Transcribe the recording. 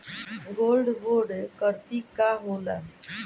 Gold bond करतिं का होला?